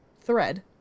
thread